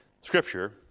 Scripture